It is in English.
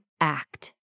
act